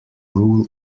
rule